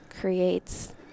creates